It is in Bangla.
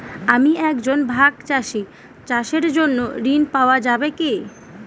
আমি একজন ভাগ চাষি চাষের জন্য ঋণ পাওয়া যাবে কি?